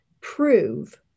prove